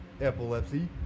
epilepsy